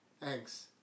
Thanks